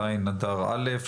ז' אדר א',